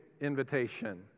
invitation